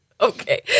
okay